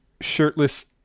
shirtless